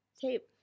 tape